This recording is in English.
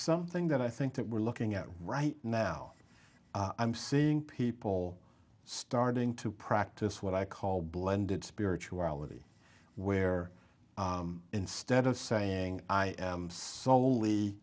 something that i think that we're looking at right now i'm seeing people starting to practice what i call blended spirituality where instead of saying i